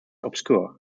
obscure